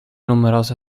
numerose